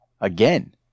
again